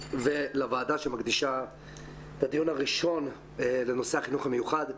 ולוועדה שמקדישה את הדיון הראשון לנושא החינוך המיוחד.